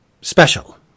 special